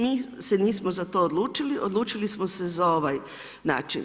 Mi se nismo za to odlučili, odlučili smo se za ovaj način.